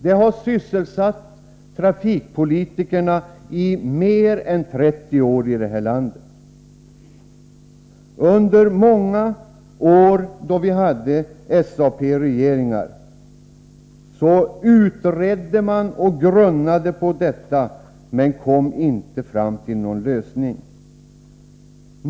Den har sysselsatt trafikpolitikerna i mer än 30 år i det här landet. Under många år då vi hade SAP-regeringar utredde och grunnade man på detta, men man kom inte fram till någon lösning.